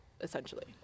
essentially